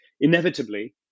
Inevitably